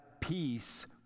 peace